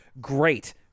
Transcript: great